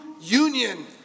union